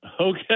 Okay